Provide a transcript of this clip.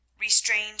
restrained